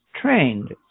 trained